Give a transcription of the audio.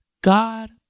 God